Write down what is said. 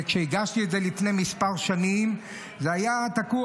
כשהגשתי את זה לפני כמה שנים זה היה תקוע.